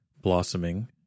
blossoming